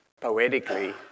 poetically